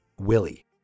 Willie